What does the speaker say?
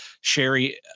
Sherry